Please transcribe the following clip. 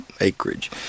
acreage